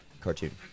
Cartoon